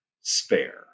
Spare